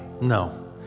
No